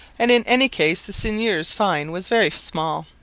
and in any case the seigneur's fine was very small.